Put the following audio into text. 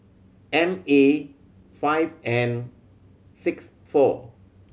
M A five N six four